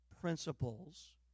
principles